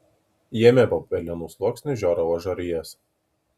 jame po pelenų sluoksniu žioravo žarijos